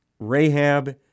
Rahab